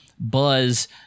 buzz